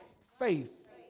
faith